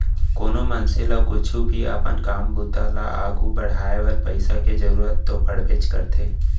कोनो मनसे ल कुछु भी अपन काम बूता ल आघू बढ़ाय बर पइसा के जरूरत तो पड़बेच करथे